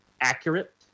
accurate